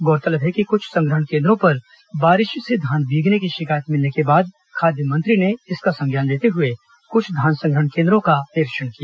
गौरतलब है कि कुछ संग्रहण केन्द्रों पर बारिश से धान भीगने की शिकायत मिलने के बाद खाद्य मंत्री ने इसका संज्ञान लेते हुए कुछ धान संग्रहण केन्द्रों का निरीक्षण किया